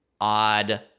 odd